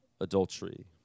adultery